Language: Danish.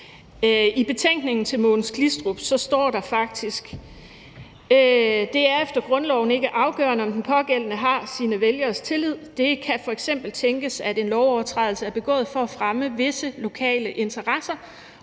I betænkningen til sagen om Mogens Glistrup står der faktisk: »Det er efter grundloven ikke afgørende, om den pågældende har sine vælgeres tillid. Det kan f.eks. tænkes, at en lovovertrædelse er begået for at fremme visse lokale interesser,